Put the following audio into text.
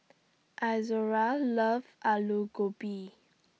Izora loves Alu Gobi